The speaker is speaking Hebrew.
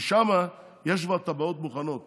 ושם יש כבר תב"עות מוכנות